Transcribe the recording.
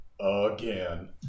again